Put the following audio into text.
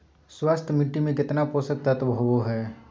स्वस्थ मिट्टी में केतना पोषक तत्त्व होबो हइ?